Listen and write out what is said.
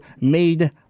made